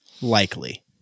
Likely